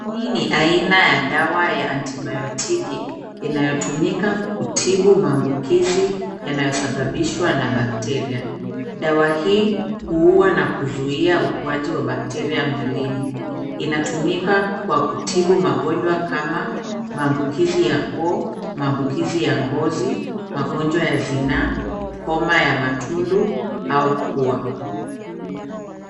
Hii ni aina ya dawa ya antibiotiki inayotumika kutibu maambukizi yanayosababishwa na bacteria . Dawa hii huua na kuzuia ukuaji wa bacteria mwilini. Inatumika kwa kutibu magonjwa kama maambukizi ya koo, maambukizi ya ngozi, magonjwa ya zinaa, homa ya matundu au pua.